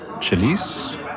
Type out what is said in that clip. chilies